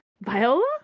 Viola